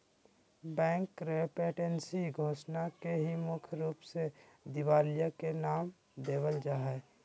bankruptcy घोषणा के ही मुख्य रूप से दिवालिया के नाम देवल जा हय